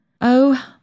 Oh